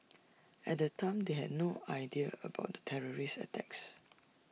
at the time they had no idea about the terrorist attacks